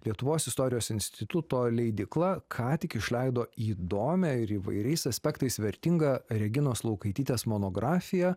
lietuvos istorijos instituto leidykla ką tik išleido įdomią ir įvairiais aspektais vertingą reginos laukaitytės monografiją